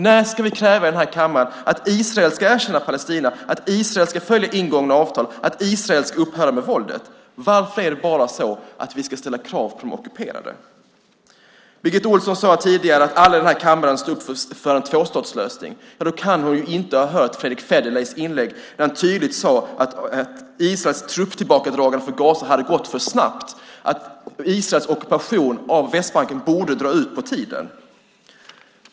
När ska vi i den här kammaren kräva att Israel ska erkänna Palestina, att Israel ska följa ingångna avtal och att Israel ska upphöra med våldet? Varför är det bara de ockuperade vi ska ställa krav på? Birgitta Ohlsson sade här tidigare att alla här i kammaren står upp för en tvåstatslösning. Då kan hon inte ha hört Fredrick Federleys inlägg, där han tydligt sade att Israels trupptillbakadragande från Gaza hade gått för snabbt och att Israels ockupation av Västbanken borde dra ut på tiden.